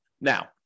Now